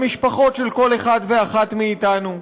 למשפחות של כל אחד ואחת מאתנו,